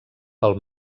pel